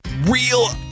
real